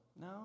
no